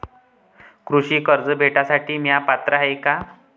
कृषी कर्ज भेटासाठी म्या पात्र हाय का?